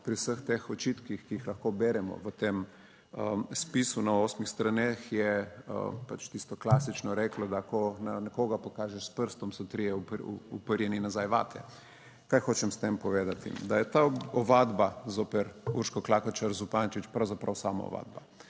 pri vseh teh očitkih, ki jih lahko beremo v tem spisu na osmih straneh, je pač tisto klasično reklo, da ko nekoga pokažeš s prstom so trije uperjeni nazaj vate. Kaj hočem s tem povedati? Da je ta ovadba zoper Urško Klakočar Zupančič pravzaprav sama ovadba.